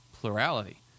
plurality